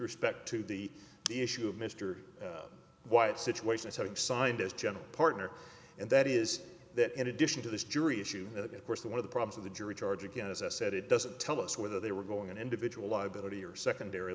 respect to the issue of mr white situations having signed as general partner and that is that in addition to this jury issue of course one of the problems of the jury charge again as i said it doesn't tell us whether they were going on individual liability or secondary